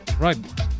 Right